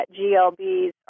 GLBs